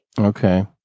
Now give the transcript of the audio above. Okay